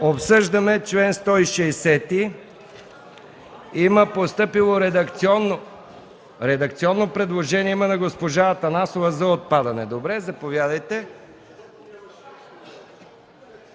Обсъждаме чл. 160. Има постъпило редакционно предложение от госпожа Атанасова за отпадане. Добре, заповядайте.